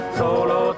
solo